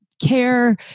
care